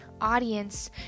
audience